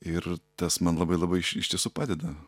ir tas man labai labai iš tiesų padeda